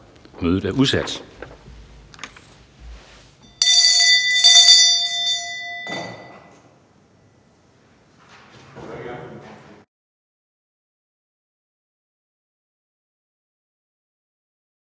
Mødet er udsat.